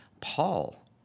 Paul